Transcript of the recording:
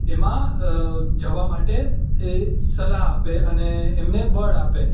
એમાં જવા માટે એ સલાહ આપે અને એમને બળ આપે